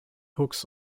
hooks